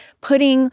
putting